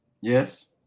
Yes